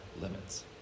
limits